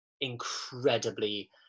incredibly